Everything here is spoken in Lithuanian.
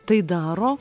tai daro